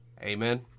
amen